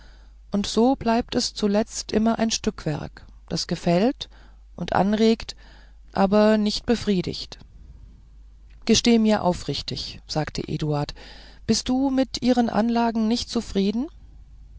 und so bleibt es zuletzt immer ein stückwerk das gefällt und anregt aber nicht befriedigt gesteh mir aufrichtig sagte eduard du bist mit ihren anlagen nicht zufrieden